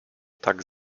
tak